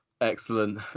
excellent